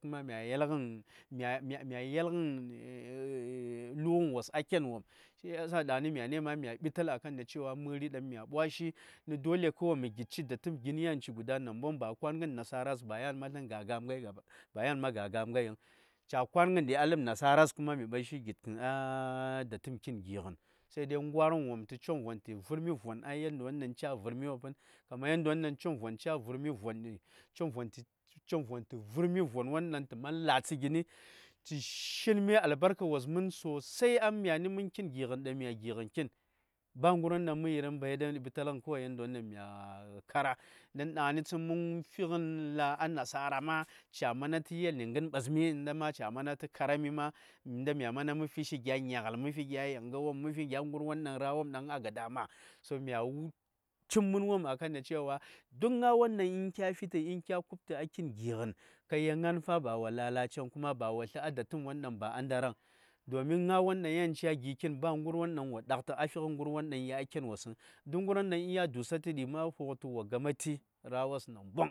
mya yel ngən lu:agən wos a ken wom shiyasa mya ɓital a kan cewa məri dang mya ɓwashi nə dolw mə gitshi datəm gin yauci nambongən, kə nasaras ba yan ma ga gam ngai yin, ca kwangən ɗi a ləb nasares kuma mya gitkən a datəm kin gi:gənm sai dai gwa:r ngən wom yan tu chongvon tə vərmi von a yandiyo dang ca vərmi wopən kaman yandayodang Coŋvon ca: vərmi von ɗi coŋvon təvərmi vonwon ɗaŋ wo man la:tsə gingən dang mya gi: tə shin mi albarka wos mən sosai nə myani daŋ mya kitn gi:ghən ba ngərwon dang ma fi la:r nasara ma ca manda tə yel gən ɓasmi, ngən da ca karami, mya manda mə fi shi gya nyagnal mə fi gya yanga wopm mə fi gərwon dang ra: wopm a ga dama, to mya wul mən wopm a kan da cewa duk gna won dang kya ku:b tə a kin gingən ba wo lalacen kuma ba wo slə a datəm won dang ba a ndarang. Domin ŋa:won yan ca gi:kin ba ngərwon dang ya ken wos duk ngərwon yan dosatə mya fungətu wo gama ti, ra: wos nambong.